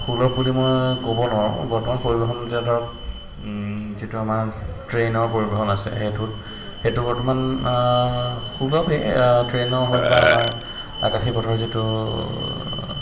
সুলভ বুলি মই ক'ব নোৱাৰোঁ বৰ্তমান পৰিবহণ এতিয়া ধৰক যিটো আমাৰ ট্ৰেইনৰ পৰিবহণ আছে সেইটোত সেইটো বৰ্তমান সুলভেই ট্ৰেইনৰ হওক বা আমাৰ আকাশী পথৰ যিটো